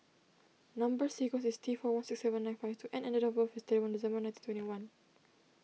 Number Sequence is T four one six seven nine five two N and date of birth is thirty one December nineteen twenty one